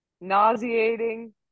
Nauseating